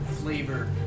flavor